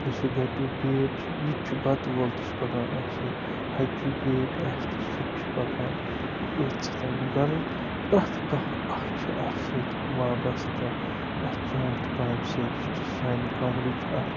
یُس یہِ گَتوٗ پیٖٹۍ چھِ یہِ تہِ چھُ گَتہٕ وول تہِ چھُ پَکان أتھۍ سۭتۍ ہَچوٗ پیٖٹۍ آسہِ تہِ سُہ تہِ چھُ پَکان أتھۍ سۭتۍ غرض پرٛٮ۪تھ کانٛہہ اَکھ چھِ اَتھ سۭتۍ وابَستہٕ اَتھ ژوٗنٛٹھۍ کامہِ سۭتۍ یہِ چھُ سانہِ کَمرٕچۍ اَکھ